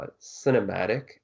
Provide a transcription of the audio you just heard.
cinematic